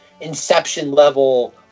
Inception-level